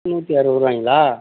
நூற்றி அறுபது ரூபாயிங்களா